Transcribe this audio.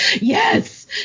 yes